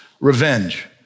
revenge